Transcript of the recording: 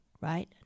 right